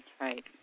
right